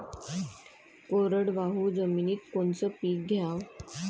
कोरडवाहू जमिनीत कोनचं पीक घ्याव?